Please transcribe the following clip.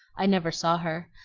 i never saw her,